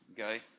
okay